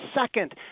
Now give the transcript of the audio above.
second